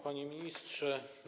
Panie Ministrze!